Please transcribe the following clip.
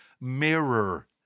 Mirror